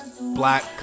black